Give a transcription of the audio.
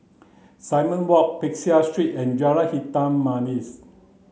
Simon Walk Peck Seah Street and Jalan Hitam Manis